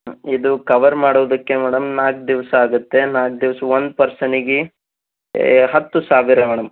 ಇದು ಕವರ್ ಮಾಡೋದಕ್ಕೆ ಮೇಡಮ್ ನಾಲ್ಕು ದಿವಸ ಆಗುತ್ತೆ ನಾಲ್ಕು ದಿವ್ಸ ಒಂದು ಪರ್ಸನಿಗೆ ಏ ಹತ್ತು ಸಾವಿರ ಮೇಡಮ್